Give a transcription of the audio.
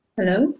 Hello